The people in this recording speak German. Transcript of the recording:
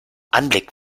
anblick